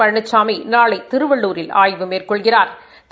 பழனிசாமி நாளை திருவள்ளூரில் ஆய்வு மேற்கொள்கிறா்